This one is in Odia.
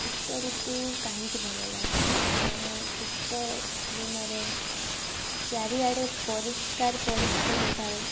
ଶୀତଋତୁ କାହିଁକି ଭଲ ଲାଗେ କାରଣ ଶୀତଦିନରେ ଚାରିଆଡ଼େ ପରିଷ୍କାର ପରିଚ୍ଛନ୍ନ ଥାଏ